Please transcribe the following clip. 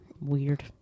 Weird